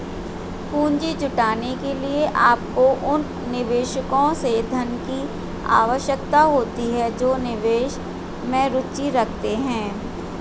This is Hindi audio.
पूंजी जुटाने के लिए, आपको उन निवेशकों से धन की आवश्यकता होती है जो निवेश में रुचि रखते हैं